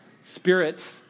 spirit